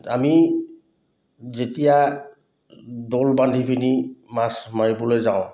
আমি যেতিয়া দল বান্ধি পিনি মাছ মাৰিবলৈ যাওঁ